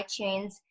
iTunes